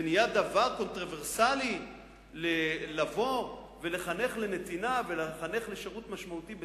זה נהיה דבר קונטרוברסלי לבוא ולחנך לנתינה ולחנך לשירות משמעותי בצה"ל?